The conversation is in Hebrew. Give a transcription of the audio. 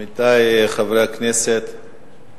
עמיתי חברי הכנסת,